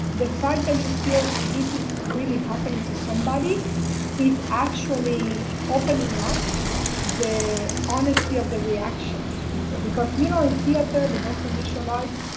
the fact that you feel this is really happening to somebody is actually opening up the honesty of the reaction to people. because you know in theater, but also visual arts,